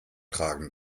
tragen